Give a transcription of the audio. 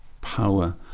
power